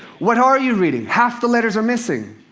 what are you reading? half the letters are missing,